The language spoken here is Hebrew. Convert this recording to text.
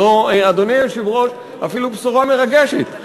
זו, אדוני היושב-ראש, אפילו בשורה מרגשת.